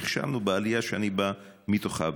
נכשלנו בעלייה שאני בא מתוכה,